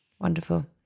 Wonderful